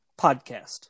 podcast